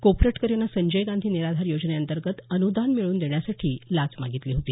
कोपरटकर यानं संजय गांधी निराधार योजने अंतर्गत अनुदान मिळवून देण्यासाठी लाच मागितली होती